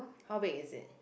how big is it